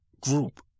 group